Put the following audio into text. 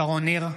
שרון ניר,